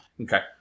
Okay